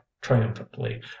triumphantly